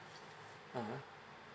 ah ha